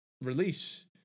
release